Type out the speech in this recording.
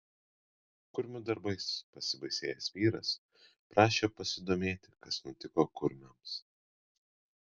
kurmių darbais pasibaisėjęs vyras prašė pasidomėti kas nutiko kurmiams